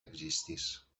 existís